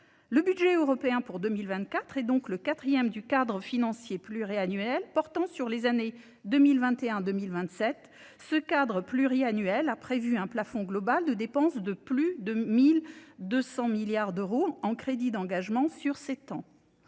Le budget européen pour 2024 est le quatrième du cadre financier pluriannuel portant sur les années 2021 à 2027. Ce cadre pluriannuel a prévu un plafond global de dépenses de plus de 1 200 milliards d’euros en crédits d’engagement sur sept ans.